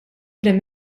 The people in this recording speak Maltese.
prim